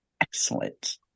Excellent